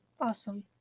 Awesome